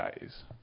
days